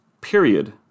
period